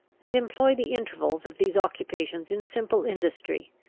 and employ the intervals of these occupations in simple industry,